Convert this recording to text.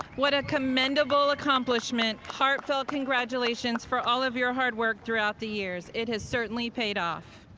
what a commendable accomplishment. heartfelt congratulations for all of your hard work throughout the years. it has certainly paid off.